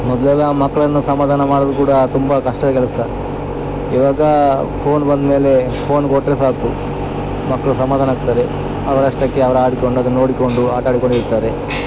ಮೊದಲೆಲ್ಲ ಮಕ್ಳನ್ನು ಸಮಾಧಾನ ಮಾಡೋದು ಕೂಡ ತುಂಬ ಕಷ್ಟದ ಕೆಲಸ ಇವಾಗ ಫೋನ್ ಬಂದ್ಮೇಲೆ ಫೋನ್ ಕೊಟ್ಟರೆ ಸಾಕು ಮಕ್ಳು ಸಮಾಧಾನ ಆಗ್ತಾರೆ ಅವರಷ್ಟಕ್ಕೆ ಅವ್ರು ಆಡಿಕೊಂಡು ಅದನ್ನ ನೋಡಿಕೊಂಡು ಆಟ ಆಡಿಕೊಂಡು ಇರ್ತಾರೆ